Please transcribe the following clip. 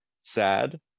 sad